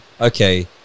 okay